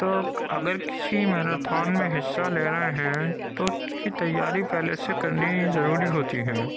تو اگر کسی میراتھون میں حصہ لینا ہے تو اس کی تیاری پہلے سے کرنی ضروری ہوتی ہے